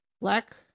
black